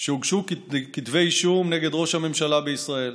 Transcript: שהוגשו כתבי אישום נגד ראש הממשלה בישראל,